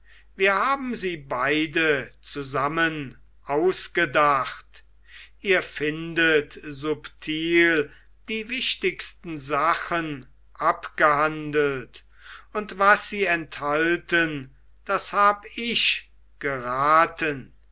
wir haben sie beide zusammen ausgedacht ihr findet subtil die wichtigsten sachen abgehandelt und was sie enthalten das hab ich geraten